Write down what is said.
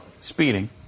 speeding